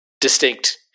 distinct